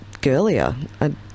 girlier